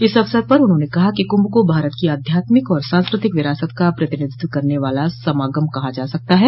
इस अवसर पर उन्होंने कहा कि कुंभ को भारत की अध्यात्मिक और सांस्कृतिक विरासत का प्रतिनिधित्व करने वाला समागम कहा जा सकता है